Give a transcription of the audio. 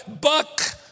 buck